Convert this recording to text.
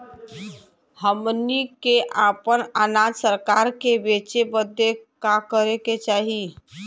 हमनी के आपन अनाज सरकार के बेचे बदे का करे के चाही?